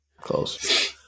Close